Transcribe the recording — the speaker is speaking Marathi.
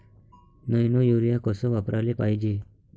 नैनो यूरिया कस वापराले पायजे?